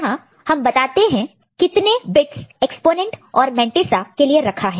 यहां हम बताते हैं कितनेबिट्स एक्स्पोनेंट और मैंटीसा के लिए रखा है